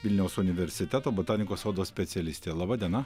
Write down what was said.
vilniaus universiteto botanikos sodo specialistė laba diena